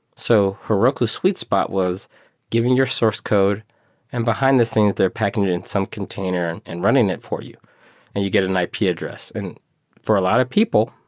so herroku sweet spot was given your source code and behind-the-scenes they're packaging it in some container and running it for you and you get an ip address. and for a lot of people,